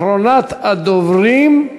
אחרונת הדוברים,